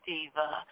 Diva